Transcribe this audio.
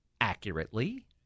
accurately